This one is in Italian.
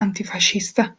antifascista